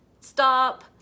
stop